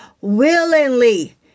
willingly